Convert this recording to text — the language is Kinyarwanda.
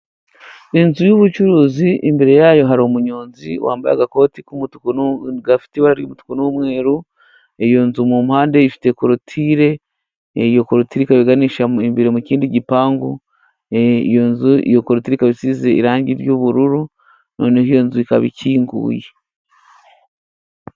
Inzu y'ubucuruzi imbere yayo hari umunyonzi wambaye agakoti k'umutuku gafite ibara ry'umweru iyo nzu mu mpande ifite coloture, iyo nzu ifite colotire iganisha imbere mu kindi gipangu iyo nzu ifite colotire yibara ry'ubururu noneho iyo nzu ikaba ikinguye.